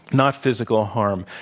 not physical harm,